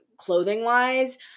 Clothing-wise